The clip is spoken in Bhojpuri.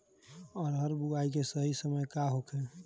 अरहर बुआई के सही समय का होखे?